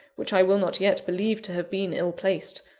which i will not yet believe to have been ill-placed,